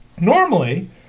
Normally